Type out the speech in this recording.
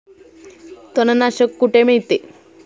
तणनाशक कुठे मिळते?